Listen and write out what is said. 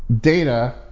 data